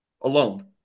alone